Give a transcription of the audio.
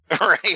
Right